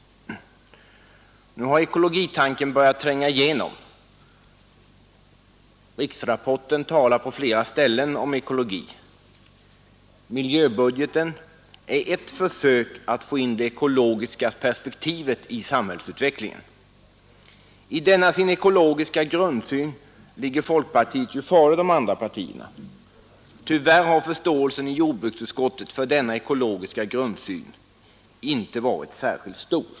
Nu har ekologitanken börjat tränga igenom. Riksplaneringsrapporten talar på flera ställen om ekologi. Miljöbudgeten är ett försök att få in det ekologiska perspektivet i samhällsutvecklingen. I denna sin ekologiska grundsyn ligger folkpartiet ju före de andra partierna. Tyvärr har förståelsen i jordbruksutskottet för denna ekologiska grundsyn inte varit särskilt stor.